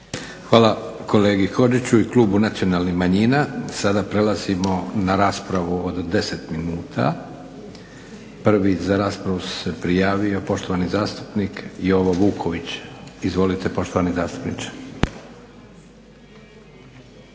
Hvala kolegi Hodžiću i klubu nacionalnih manjina. Sada prelazimo na raspravu od 10 minuta. Prvi za raspravu se prijavio poštovani zastupnik Jovo Vuković. Izvolite poštovani zastupniče.